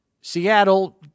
Seattle